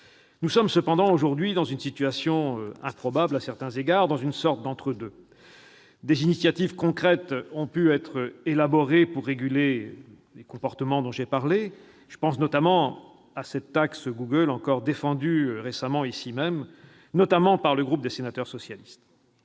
Nous sommes cependant aujourd'hui dans une situation improbable, une sorte d'entre-deux. Des initiatives concrètes ont pu être élaborées pour réguler ces comportements. Je pense notamment à la taxe Google encore défendue récemment ici même, notamment par le groupe des sénateurs socialistes.